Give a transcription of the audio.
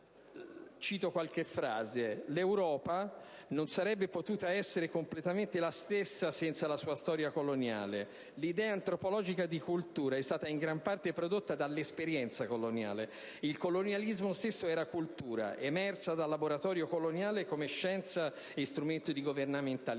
Cito qualche frase: «L'Europa non sarebbe potuta essere completamente la stessa senza la sua storia coloniale. L'idea antropologica di cultura è stata in gran parte prodotta dall'esperienza coloniale. Il colonialismo stesso era cultura, emersa dal laboratorio coloniale come scienza e strumento di governamentalità».